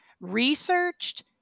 researched